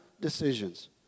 decisions